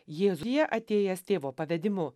jėzuje atėjęs tėvo pavedimu